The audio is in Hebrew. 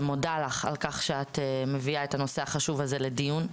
ומודה לך על כך שאת מביאה את הנושא החשוב הזה לדיון.